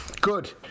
good